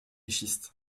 schiste